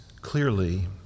clearly